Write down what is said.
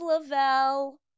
Lavelle